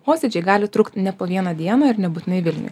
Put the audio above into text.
posėdžiai gali trukt ne po vieną dieną ir nebūtinai vilniuj